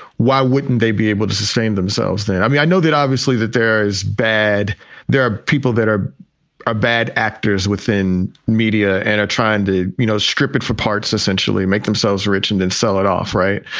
why wouldn't they be able to sustain themselves and yeah i know that obviously that there is bad there are people that are ah bad actors within media and are trying to, you know, strip it for parts, essentially make themselves rich and then sell it off. right.